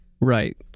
right